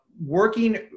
working